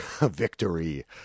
victory